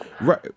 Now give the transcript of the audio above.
right